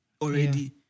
already